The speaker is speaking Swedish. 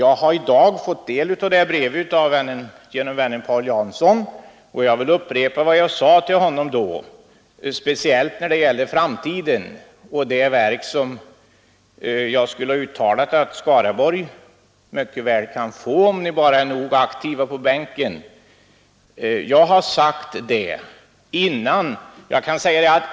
Jag har i dag fått del av det brevet genom vännen Paul Jansson, och jag vill upprepa vad jag sade till honom då, speciellt när det gäller framtiden och det verk som jag skulle ha uttalat att Skaraborgs län mycket väl kan få, om ledamöterna på Skaraborgsbänken bara är nog aktiva.